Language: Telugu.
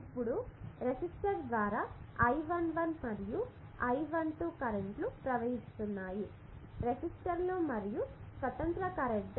ఇప్పుడు రెసిస్టర్ ద్వారా I11 మరియు I12 కరెంట్ లు ప్రవహిస్తున్నాయి రెసిస్టర్లు మరియు స్వతంత్ర కరెంట్